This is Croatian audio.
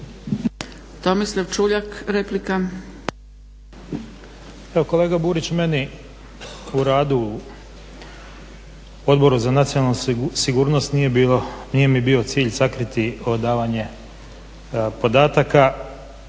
Tomislav Čuljak, replika.